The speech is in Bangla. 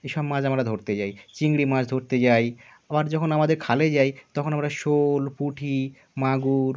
এসব মাছ আমরা ধরতে যাই চিংড়ি মাছ ধরতে যাই আবার যখন আমাদের খালে যাই তখন শোল পুঁটি মাগুর